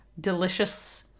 delicious